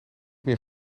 meer